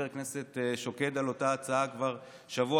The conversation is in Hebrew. וחבר הכנסת שוקד על אותה הצעה כבר שבוע